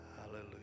Hallelujah